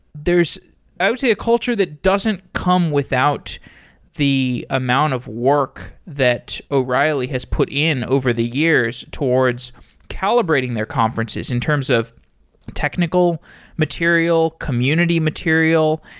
there is i would say a culture that doesn't come without the amount of work that o'reilly has put in over the years towards calibrating their conferences in terms of technical material, community material,